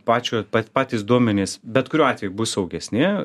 pačio pat patys duomenys bet kuriuo atveju bus saugesni